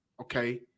okay